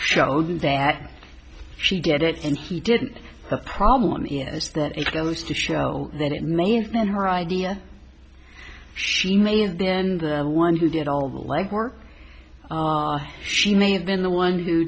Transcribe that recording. showed that she did it and he didn't have a problem in this goes to show that it may have been her idea she may have been the one who did all the leg work she may have been the one who